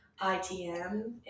ITM